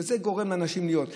שזה גורם לאנשים להיות שם.